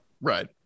Right